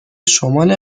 شمال